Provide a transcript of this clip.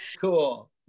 Cool